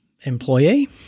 employee